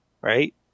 Right